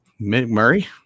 McMurray